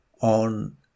on